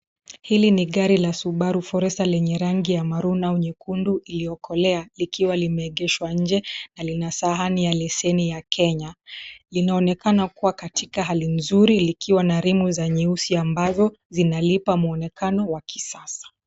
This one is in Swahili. Hili ni gari la Subaru Forester lenye rangi ya maroon au nyekundu iliyokolea likiwa limeegeshwa nje na lina sahani ya leseni ya Kenya. Linaonekana kuwa katika hali nzuri likiwa na rimu za nyeusi ambazo zinalipa mwonekano wa kisasa.